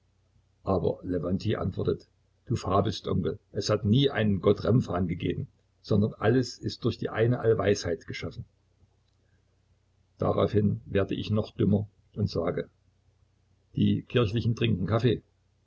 aber lewontij antwortet du fabelst onkel es hat nie einen gott remphan gegeben sondern alles ist durch die eine allweisheit geschaffen daraufhin werde ich noch dümmer und sage die kirchlichen trinken kaffee